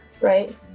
right